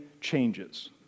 changes